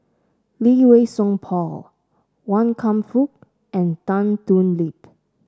Lee Wei Song Paul Wan Kam Fook and Tan Thoon Lip